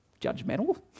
judgmental